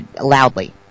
Loudly